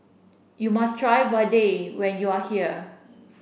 you must try Vadai when you are here